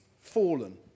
fallen